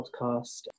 podcast